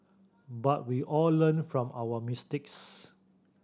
but we all learn from our mistakes